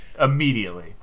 immediately